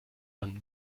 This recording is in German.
man